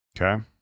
Okay